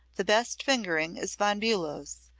the best fingering is von bulow's.